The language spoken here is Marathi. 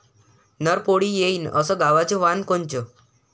नरम पोळी येईन अस गवाचं वान कोनचं?